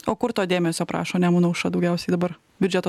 o kur to dėmesio prašo nemuno aušra daugiausiai dabar biudžeto